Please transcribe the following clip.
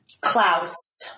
Klaus